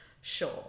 sure